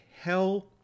hell